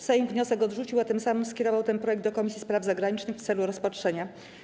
Sejm wniosek odrzucił, a tym samym skierował ten projekt do Komisji Spraw Zagranicznych w celu rozpatrzenia.